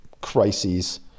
crises